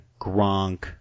Gronk